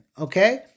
okay